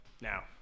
now